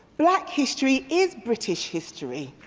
black history is british history.